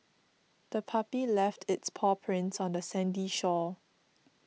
the puppy left its paw prints on the sandy shore